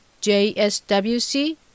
JSWC